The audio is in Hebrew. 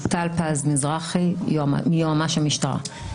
שמי טל פז מזרחי, יועמ"ש המשטרה.